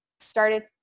started